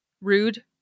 rude